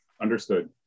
understood